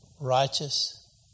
righteous